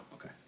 okay